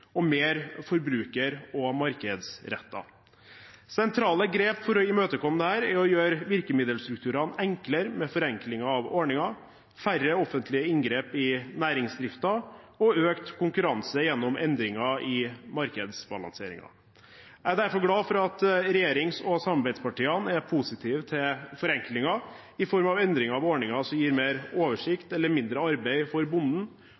og mer forbruker- og markedsrettet. Sentrale grep for å imøtekomme dette er å gjøre virkemiddelstrukturene enklere med forenklinger av ordninger, færre offentlige inngrep i næringsdriften og økt konkurranse gjennom endringer i markedsbalanseringen. Jeg er derfor glad for at regjerings- og samarbeidspartiene er positive til forenklinger i form av endringer av ordninger som gir mer oversikt eller mindre arbeid for bonden